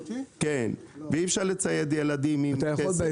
אי אפשר לצייד ילדים עם כסף.